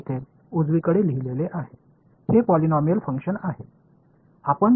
எனவே முதலில் இது ஒரு வலதுபுறத்தில் நான் இங்கு எழுதியுள்ள இந்த வெளிப்பாடு இது ஒரு பாலினாமியல் செயல்பாடா